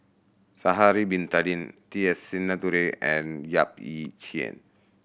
Sha'ari Bin Tadin T S Sinnathuray and Yap Ee Chian